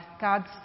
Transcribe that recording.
God's